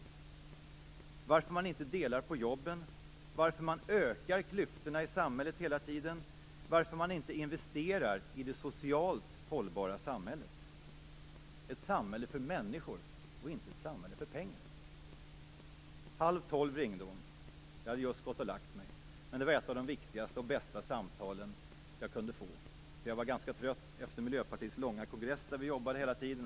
Hon frågade varför man inte delar på jobben, varför man hela tiden ökar klyftorna i samhället och varför man inte investerar i det socialt hållbara samhället - ett samhälle för människor och inte för pengar. Halv tolv ringde hon. Jag hade just gått och lagt mig, men det var ett av de viktigaste och bästa samtalen jag kunde få. Jag var ganska trött efter Miljöpartiets långa kongress, där vi jobbade hela tiden.